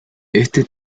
éste